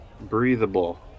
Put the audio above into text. breathable